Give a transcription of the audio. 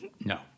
no